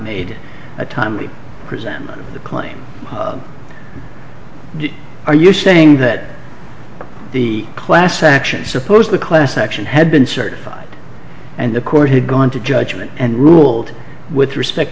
made a timely presentment of the claim you are you saying that the class action suppose the class action had been certified and the court had gone to judgment and ruled with respect